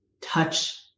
touch